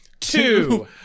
Two